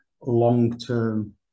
long-term